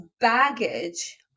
baggage